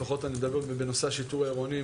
לפחות אני מדבר בנושא השיטור העירוני,